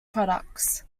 products